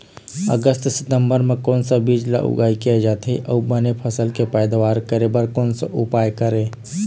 अगस्त सितंबर म कोन सा बीज ला उगाई किया जाथे, अऊ बने फसल के पैदावर करें बर कोन सा उपाय करें?